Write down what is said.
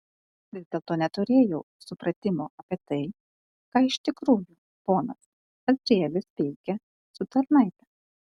vis dėlto neturėjau supratimo apie tai ką iš tikrųjų ponas azrielis veikia su tarnaite